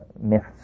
Myths